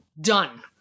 Done